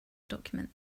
document